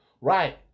Right